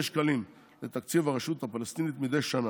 שקלים לתקציב הרשות הפלסטינית מדי שנה.